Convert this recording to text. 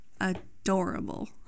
adorable